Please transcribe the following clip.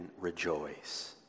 rejoice